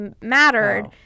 mattered